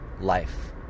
life